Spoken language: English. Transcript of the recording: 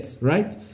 right